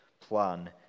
plan